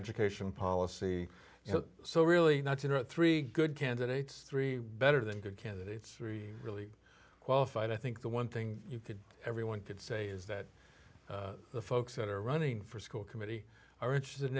education policy so really not you know three good candidates three better than good candidates three really qualified i think the one thing you could everyone could say is that the folks that are running for school committee are interested in